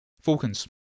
Falcons